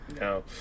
No